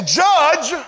judge